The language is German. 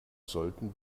sollten